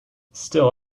still